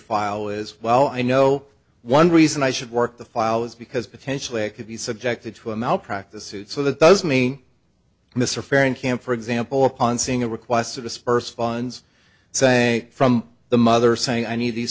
file as well i know one reason i should work the file is because potentially it could be subjected to a malpractise suit so that those me mr farron can for example upon seeing a request to disperse funds saying from the mother saying i need these